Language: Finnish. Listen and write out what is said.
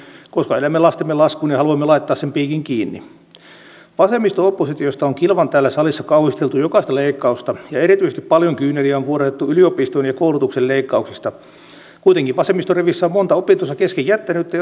työministeri lindström jota on paljon parjattu on muuten semmoinen työministeri joka on ollut joskus töissäkin eikä vain puhunut työn tekemisestä ja lainsäädännöstä hän on ollut töissäkin on nyt aika mahdottoman tilanteen edessä